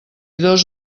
dos